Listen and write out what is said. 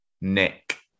Nick